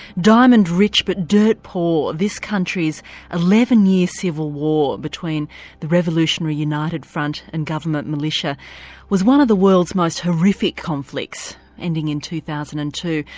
diamond rich but dirt poor, this country's eleven year civil war between the revolutionary united front and government militia was one of the world's most horrific conflicts ending in two thousand and two.